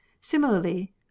similarly